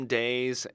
days